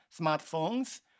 smartphones